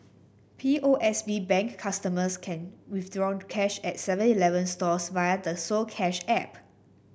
P O S B Bank customers can withdraw cash at seven Eleven stores via the so Cash app